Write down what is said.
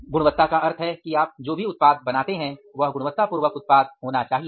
गुणवत्ता का अर्थ है कि आप जो भी उत्पाद बनाते हैं वह गुणवत्तापूर्ण उत्पाद होना चाहिए